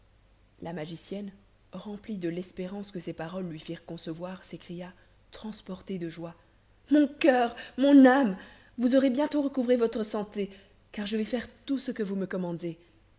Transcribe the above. la magicienne remplie de l'espérance que ces paroles lui firent concevoir s'écria transportée de joie mon coeur mon âme vous aurez bientôt recouvré votre santé car je vais faire tout ce que vous me commandez